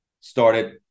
started